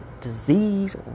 disease